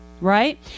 right